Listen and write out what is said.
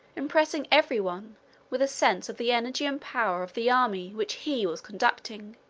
impressing every one with a sense of the energy and power of the army which he was conducting,